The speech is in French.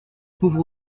pauvre